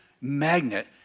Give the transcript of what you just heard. magnet